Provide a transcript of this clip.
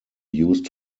used